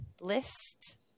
list